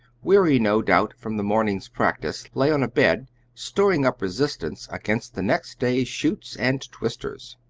weary, no doubt, from the morning's practice, lay on a bed storing up resistance against the next day's shoots and twisters.